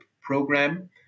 program